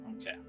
Okay